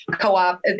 co-op